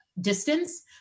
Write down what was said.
distance